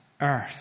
earth